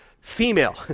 Female